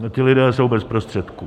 Ti lidé jsou bez prostředků.